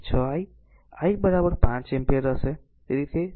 6 I I અહીં 5 ampere હશે